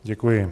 Děkuji.